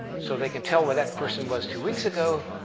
so they can tell where that person was two weeks ago,